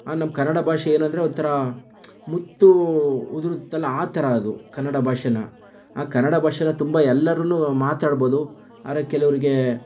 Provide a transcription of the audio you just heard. ನಮ್ಮ ಕನ್ನಡ ಭಾಷೆ ಏನಂದರೆ ಒಂಥರ ಮುತ್ತು ಉದುರುತ್ತಲ್ಲ ಆ ಥರ ಅದು ಕನ್ನಡ ಭಾಷೇನ ಕನ್ನಡ ಭಾಷೇನ ತುಂಬ ಎಲ್ಲರು ಮಾತಾಡ್ಬೋದು ಆದರೆ ಕೆಲವರಿಗೆ